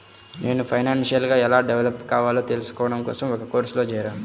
నేను ఫైనాన్షియల్ గా ఎలా డెవలప్ కావాలో తెల్సుకోడం కోసం ఒక కోర్సులో జేరాను